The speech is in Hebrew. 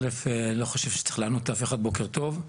א' אני לא חושב שצריך לענות אף אחד, בוקר טוב.